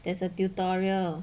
there's a tutorial